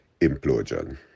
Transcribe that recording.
implosion